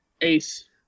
ace